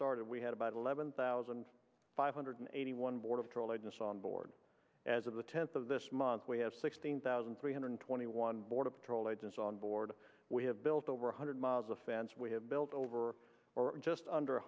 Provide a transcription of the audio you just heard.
started we had about eleven thousand five hundred eighty one border patrol agents on board as of the tenth of this month we have sixteen thousand three hundred twenty one border patrol agents on board we have built over one hundred miles of fence we have built over or just under